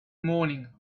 morning